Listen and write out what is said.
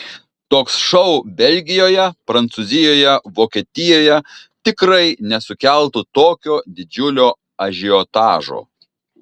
toks šou belgijoje prancūzijoje vokietijoje tikrai nesukeltų tokio didžiulio ažiotažo